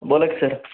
बोला की सर